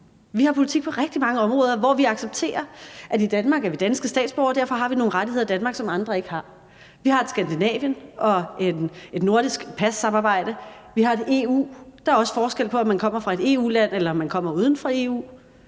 Vi har politik på rigtig mange områder, hvor vi accepterer, at i Danmark er vi danske statsborgere, og derfor har vi nogle rettigheder i Danmark, som andre ikke har. Vi har et Skandinavien og et nordisk passamarbejde. Vi har et EU. Der er også forskel på, om man kommer fra et EU-land, eller om man kommer fra